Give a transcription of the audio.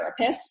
therapists